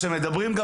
אז לא הבנתי.